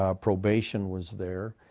ah probation was there,